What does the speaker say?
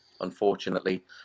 unfortunately